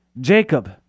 Jacob